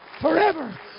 forever